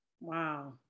wow